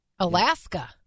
Alaska